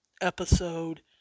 episode